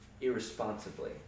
irresponsibly